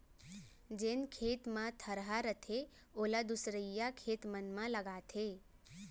जेन खेत म थरहा रथे ओला दूसरइया खेत मन म लगाथें